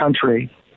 country